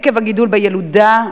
עקב הגידול בילודה,